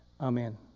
Amen